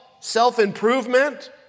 Self-improvement